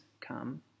come